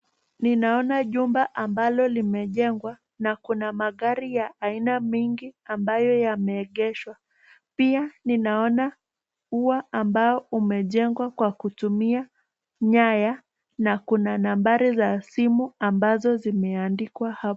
Ninaona jumba ambalo limejengwa na kuna magari ya aina mingi ambayo yameegeshwa. Pia ninaona ua ambao umejengwa kwa kutumia nyaya na kuna nambari za simu ambazo zimeandikwa hapo.